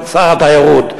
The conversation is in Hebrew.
שר התיירות,